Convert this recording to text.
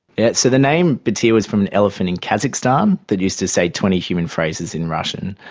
yes, so the name batyr was from an elephant in kazakhstan that used to say twenty human phrases in russian.